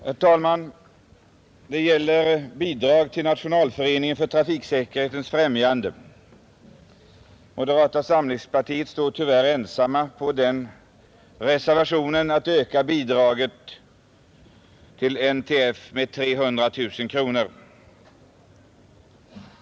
Herr talman! Denna punkt handlar om bidraget till nationalföreningen för trafiksäkerhetens främjande, och moderata samlingspartiet är tyvärr ensamt om reservationen om att öka bidraget till NTF med 300 000 kronor.